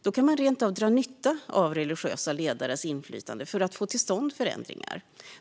Då kan man rent av dra nytta av religiösa ledares inflytande för att få till stånd förändringar.